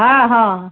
हँ हँ